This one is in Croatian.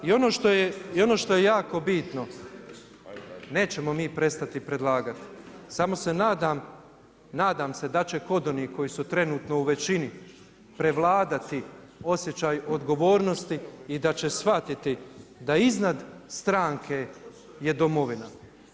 I ono što je jako bitno, nećemo mi prestati predlagati, samo se nadam, nadam se da će kod onih koji su trenutno u većini prevladati osjećaj odgovornosti i da će shvatiti da iznad stranke je domovina.